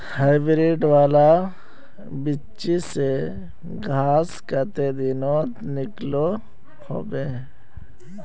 Hybrid वाला बिच्ची से गाछ कते दिनोत निकलो होबे?